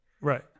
right